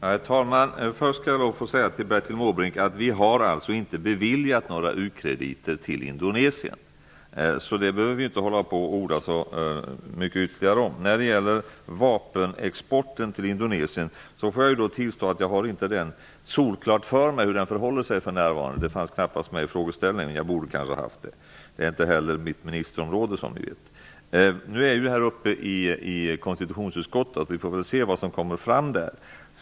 Herr talman! Först vill jag säga till Bertil Måbrink att vi alltså inte har beviljat några u-krediter till Indonesien. Det behöver vi inte orda så mycket ytterligare om. Jag får tillstå att jag inte har förhållandena vad gäller vapenexporten till Indonesien solklara för mig. Det ämnet fanns knappast med i frågeställningen. Jag borde kanske ha haft det. Det är som vi vet inte heller mitt ministerområde. Ärendet är uppe i konstitutionutskottet. Vi får se vad som kommer fram där.